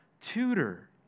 tutor